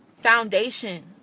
foundation